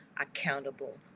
accountable